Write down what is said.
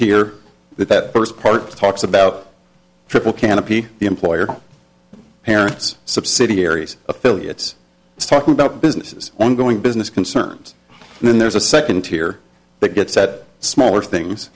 tear that first part talks about triple canopy the employer parent's subsidiaries affiliates talking about businesses ongoing business concerns and then there's a second tier that gets said smaller things